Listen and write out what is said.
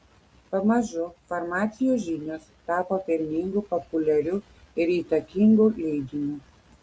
pamažu farmacijos žinios tapo pelningu populiariu ir įtakingu leidiniu